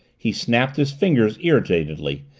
he snapped his fingers irritatedly,